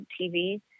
TV